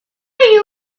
you